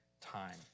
time